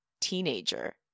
teenager